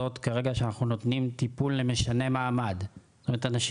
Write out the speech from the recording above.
שילד אזרח